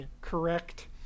correct